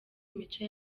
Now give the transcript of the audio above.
imico